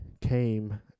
came